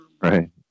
Right